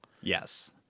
Yes